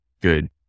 good